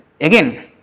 Again